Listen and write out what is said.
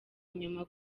inyuma